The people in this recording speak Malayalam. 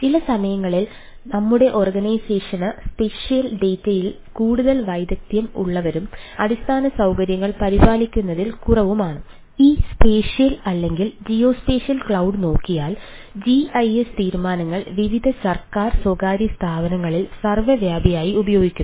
ചില സമയങ്ങളിൽ ഞങ്ങളുടെ ഓർഗനൈസേഷന് സ്പേഷ്യൽ ഡാറ്റ നോക്കിയാൽ ജിഐഎസ് തീരുമാനങ്ങൾ വിവിധ സർക്കാർ സ്വകാര്യ സ്ഥാപനങ്ങളിൽ സർവ്വവ്യാപിയായി ഉപയോഗിക്കുന്നു